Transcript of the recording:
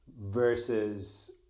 versus